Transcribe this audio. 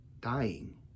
dying